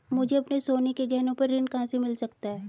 मुझे अपने सोने के गहनों पर ऋण कहां से मिल सकता है?